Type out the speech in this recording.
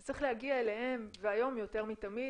זה צריך להגיע אליהם והיום יותר מתמיד.